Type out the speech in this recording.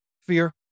Fear